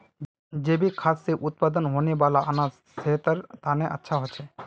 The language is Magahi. जैविक खाद से उत्पन्न होने वाला अनाज सेहतेर तने अच्छा होछे